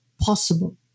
possible